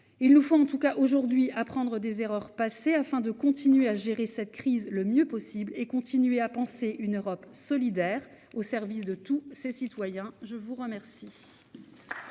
Il nous faut en tout cas aujourd'hui apprendre des erreurs passées afin de continuer à gérer cette crise le mieux possible, et continuer à penser une Europe solidaire, au service de tous ses citoyens. La parole